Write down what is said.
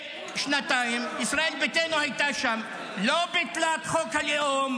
גם בחוק קמיניץ ישראל ביתנו הצביעה בעד חוק קמיניץ,